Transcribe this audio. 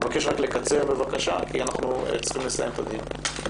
אני מבקש לקצר בבקשה כי אנחנו צריכים לסיים את הדיון.